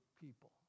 people